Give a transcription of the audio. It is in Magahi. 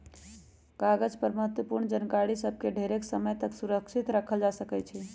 कागज पर महत्वपूर्ण जानकारि सभ के ढेरेके समय तक सुरक्षित राखल जा सकै छइ